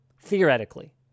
theoretically